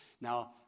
now